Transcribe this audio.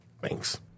Thanks